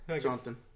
Jonathan